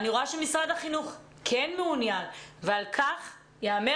אני רואה שמשרד החינוך כן מעוניין ועל כך ייאמר